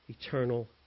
eternal